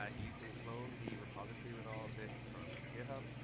um you can clone the repository with all this from github.